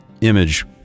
image